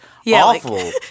Awful